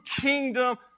kingdom